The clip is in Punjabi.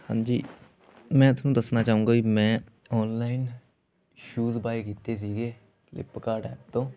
ਹਾਂਜੀ ਮੈਂ ਤੁਹਾਨੂੰ ਦੱਸਣਾ ਚਾਹੂੰਗਾ ਵੀ ਮੈਂ ਔਨਲਾਈਨ ਸ਼ੂਜ ਬਾਏ ਕੀਤੇ ਸੀਗੇ ਫਲਿੱਪਕਾਟ ਐਪ ਤੋਂ